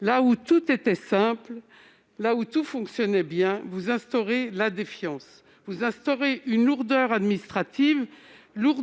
Là où tout était simple et où tout fonctionnait bien, vous instaurez la défiance. Vous introduisez une lourdeur administrative, alors